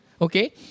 Okay